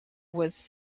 was